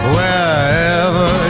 Wherever